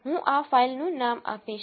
હું આ ફાઇલનું નામ આપીશ